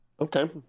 Okay